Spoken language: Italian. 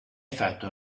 fatto